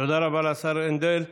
תודה רבה לשר הנדל.